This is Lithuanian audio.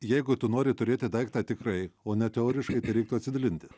jeigu tu nori turėti daiktą tikrai o ne teoriškai tai reiktų atsidalinti